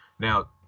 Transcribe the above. Now